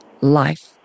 life